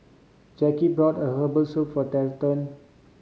Jackie brought herbal soup for